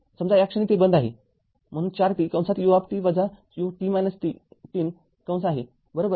समजा या क्षणी ते बंद आहे म्हणून ४ t u ut ३ आहे बरोबर